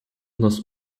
нас